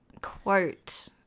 quote